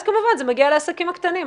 אז כמובן זה מגיע לעסקים הקטנים.